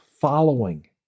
following